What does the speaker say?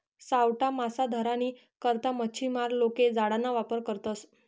सावठा मासा धरानी करता मच्छीमार लोके जाळाना वापर करतसं